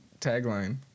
tagline